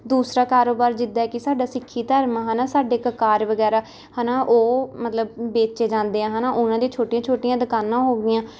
ਦੂਸਰਾ ਕਾਰੋਬਾਰ ਜਿੱਦਾਂ ਕਿ ਸਾਡਾ ਸਿੱਖੀ ਧਰਮ ਆ ਹੈ ਨਾ ਸਾਡੇ ਕਕਾਰ ਵਗੈਰਾ ਹੈ ਨਾ ਉਹ ਮਤਲਬ ਵੇਚੇ ਜਾਂਦੇ ਆ ਹੈਨਾ ਉਹਨਾਂ ਦੀਆਂ ਛੋਟੀਆਂ ਛੋਟੀਆਂ ਦੁਕਾਨਾਂ ਹੋ ਗਈਆਂ